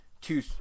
two